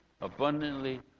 abundantly